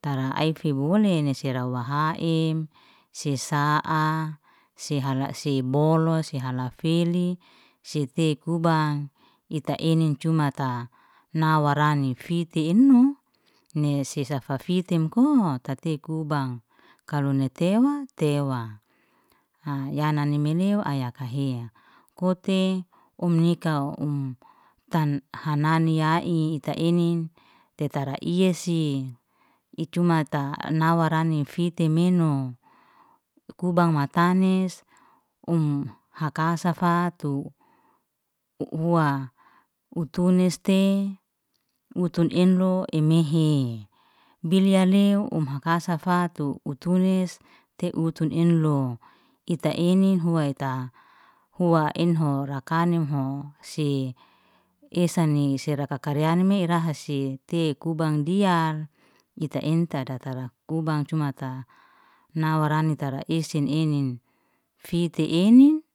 Tara ai fiebuleni sira wahaem, si sa'a si hala si bolu, si halafeli, si tekubang ita enin cumata nawarani fitti enu, nesi si safafitim tatikubang. Kaloni tewa tewa. ya nanim meleu ayakahia. Kote um nika um tan hanania ei ita inin, tetera iyesi icumat'ta nawarani fiti menu. Kubang matanis, um hakasafatu, u- uwa utu neste, utun enlo emehe. Billialew um hakasafatu, utu nes- te utun enlo, ita enin huwa eta enho rakanimho, si esani si rakakar yanme rahase tekubang diyal, ita'en tadakara kubang, cumata nawarani tara esen enin fitti enin.